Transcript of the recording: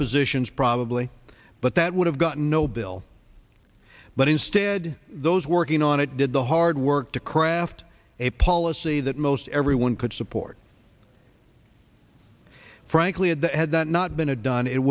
positions probably but that would have gotten no bill but instead those working on it did the hard work to craft a policy that most everyone could support frankly at the end that not been a done it